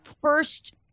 first